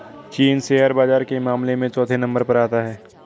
चीन शेयर बाजार के मामले में चौथे नम्बर पर आता है